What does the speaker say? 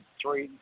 three